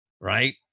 Right